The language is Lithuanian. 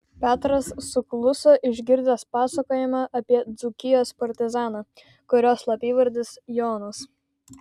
petras sukluso išgirdęs pasakojimą apie dzūkijos partizaną kurio slapyvardis jonas